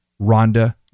Rhonda